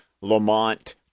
lamont